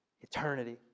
Eternity